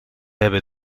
hebben